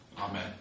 Amen